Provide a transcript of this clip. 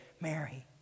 Mary